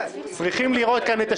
בלי